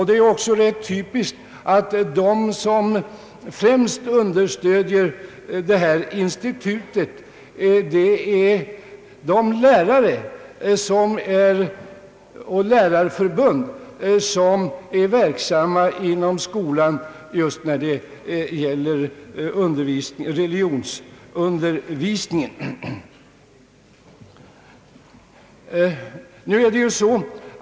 Det är också rätt typiskt att de som främst understöder Religionspedagogiska institutet är de lärare och lärarförbund som är verksamma i religionsundervisningen inom skolan.